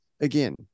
again